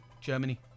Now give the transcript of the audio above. Germany